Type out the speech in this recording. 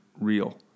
real